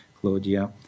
Claudia